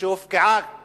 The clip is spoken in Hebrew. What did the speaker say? כשהופקעו